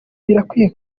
birakwiye